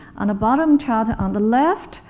on the bottom chart on the left,